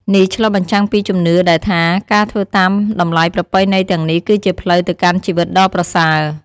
នេះឆ្លុះបញ្ចាំងពីជំនឿដែលថា ការធ្វើតាមតម្លៃប្រពៃណីទាំងនេះ គឺជាផ្លូវទៅកាន់ជីវិតដ៏ប្រសើរ។